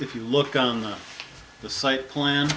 you look on the site plan